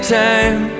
time